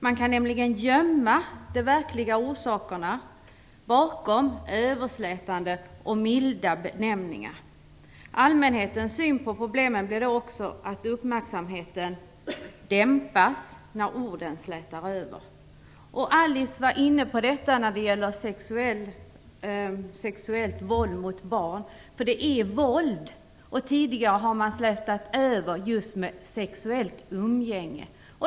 Man kan nämligen gömma de verkliga orsakerna bakom överslätande och milda benämningar. Allmänhetens uppmärksamhet inför problemen dämpas också när orden slätar över. Alice Åström var inne på detta när det gäller sexuellt våld mot barn. Det handlar om våld. Tidigare har man slätat över det genom att säga "sexuellt umgänge".